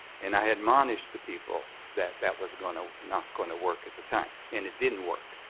and i admonish the people that that was going to not going to work at the time. and it didn't work.